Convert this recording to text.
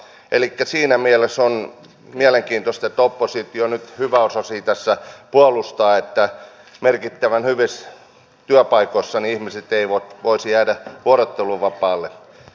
elikkä siinä mielessä on mielenkiintoista että oppositio nyt hyväosaisia tässä puolustaa että merkittävän hyvissä työpaikoissa ihmiset eivät voisi jäädä vuorotteluvapaalle